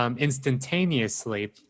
instantaneously